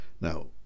Now